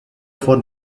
for